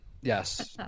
Yes